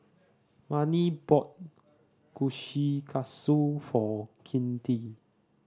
Marni bought Kushikatsu for Kinte